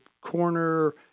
corner